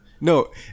No